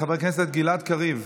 חבר הכנסת גלעד קריב.